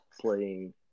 playing